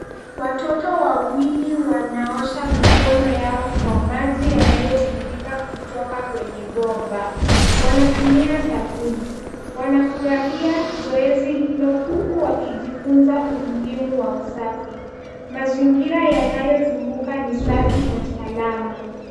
Watoto wawili wanaosha mikoni yao kwa maji yanayotiririka kutoka kwenye bomba. Wanatumia sabuni. Wanafurahia zoezi hilo huku wakijifunza umuhimu wa usafi. Mazingira yanayozunguka ni safi na salama.